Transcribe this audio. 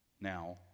Now